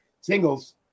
singles